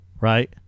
right